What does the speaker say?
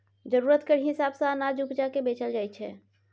जरुरत केर हिसाब सँ अनाज उपजा केँ बेचल जाइ छै